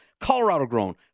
Colorado-grown